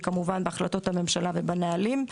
היא כמובן בהחלטות הממשלה ובנהלים,